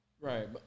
Right